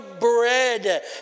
bread